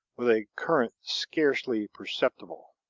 with a current scarcely perceptible.